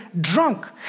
drunk